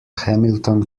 hamilton